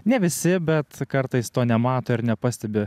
ne visi bet kartais to nemato ir nepastebi